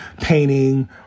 painting